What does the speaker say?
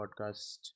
podcast